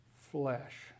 flesh